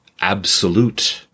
absolute